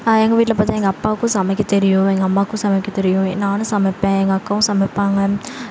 எங்கள் வீட்டில் பார்த்திங்கனா எங்கள் அப்பாக்கும் சமைக்க தெரியும் எங்கள் அம்மாக்கும் சமைக்க தெரியும் நானும் சமைப்பேன் எங்கள் அக்காவும் சமைப்பாங்க